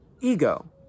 Ego